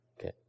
Okay